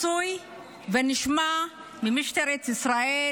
חסוי ונשמע ממשטרת ישראל,